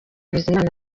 bizimana